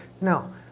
no